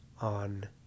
on